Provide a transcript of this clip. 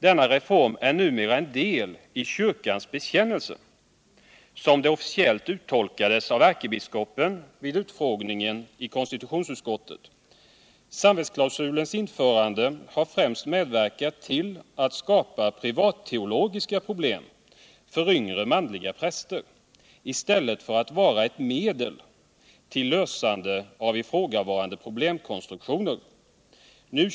Denna reform är numera en del i kyrkans bekännelse som det officiellt uttolkades av ärkebiskopen vid utfrågningen i konstitutionsutskottet. Samvetsklausulens införande har främst medverkat till att skapa privatteologiska problem för yngre manliga präster i stället för att vara ett medel till lösande av ifrågavarande problemkonstruktioner. Nu.